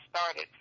started